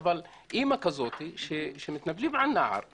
אבל אמא כזאת, שמתנפלים על נער נכה,